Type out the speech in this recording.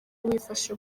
wifashe